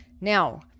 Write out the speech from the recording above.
Now